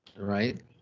Right